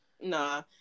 Nah